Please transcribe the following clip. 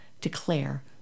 declare